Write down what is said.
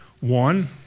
one